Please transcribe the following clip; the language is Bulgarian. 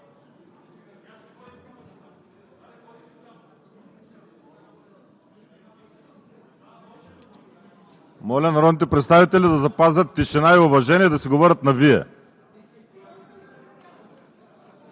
Моля народните представители да запазят тишина и уважение и да си говорят на Вие.